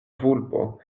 vulpo